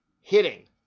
hitting